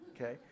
Okay